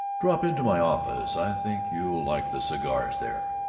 drop into my office. i think you'll like the cigars there.